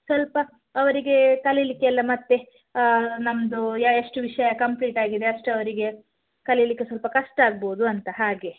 ಸ್ವಲ್ಪ ಅವರಿಗೇ ಕಲಿಲಿಕ್ಕೆಲ್ಲ ಮತ್ತು ನಮ್ಮದು ಎಷ್ಟು ವಿಷಯ ಕಂಪ್ಲೀಟ್ ಆಗಿದೆ ಅಷ್ಟು ಅವರಿಗೆ ಕಲಿಯಲಿಕ್ಕೆ ಸ್ವಲ್ಪ ಕಷ್ಟ ಆಗ್ಬೋದು ಅಂತ ಹಾಗೆ